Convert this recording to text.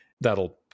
that'll